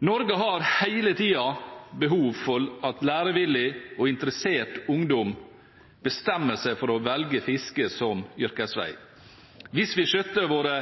Norge har hele tiden behov for at lærevillig og interessert ungdom bestemmer seg for å velge fiske som yrkesvei. Hvis vi skjøtter våre